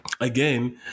Again